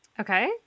Okay